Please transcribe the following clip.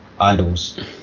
idols